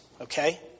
okay